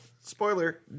spoiler